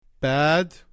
Bad